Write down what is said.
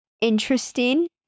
interesting